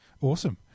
Awesome